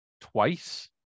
twice